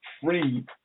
free